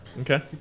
Okay